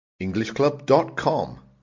EnglishClub.com